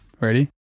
Ready